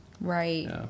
Right